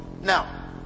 now